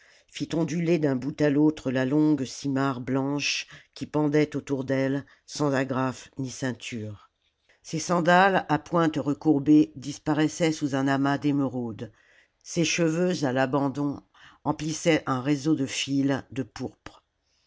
fit onduler d'un bout à l'autre la longue simarre blanche qui pendait autour d'elle sans agrafe ni ceinture ses sandales à pointes recourbées disparaissaient sous un amas d'émeraudes ses cheveux à l'abandon emplissaient un réseau en fils de pourpre